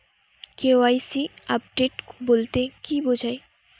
KYC update বলতে কি বোঝায়?